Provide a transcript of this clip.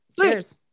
Cheers